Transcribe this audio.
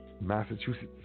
Massachusetts